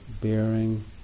bearing